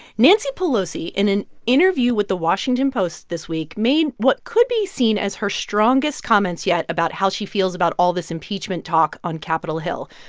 nancy pelosi, in an interview with the washington post this week, made what could be seen as her strongest comments yet about how she feels about all this impeachment talk on capitol hill.